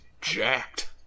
jacked